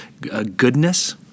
goodness